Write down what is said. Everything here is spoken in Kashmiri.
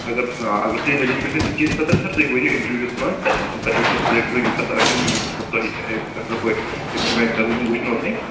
اَگر آ اگر تُہۍ منیجمنٹس سٍتۍ تَمہِ چیٖز خٲطرٕ سَر تُہۍ ؤنِو اِنٹَروِیوٗہس منٛز اَتھ منٛز تَرِ أکِس سِلیٚکٹہٕ تَتھ ؤنِو تُہۍ اَصٕل پٲٹھۍ وۅنۍ کرن تِم وُچھنو تۅہہِ